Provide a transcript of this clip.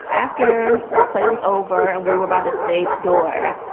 after the play was over and we were by the stage door